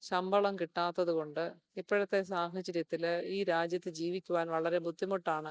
ശമ്പളം കിട്ടാത്തതുകൊണ്ട് ഇപ്പഴത്തെ സാഹചര്യത്തിൽ ഈ രാജ്യത്ത് ജീവിക്കുവാൻ വളരെ ബുദ്ധിമുട്ടാണ്